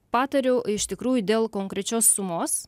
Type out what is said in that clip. patariu iš tikrųjų dėl konkrečios sumos